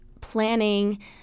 planning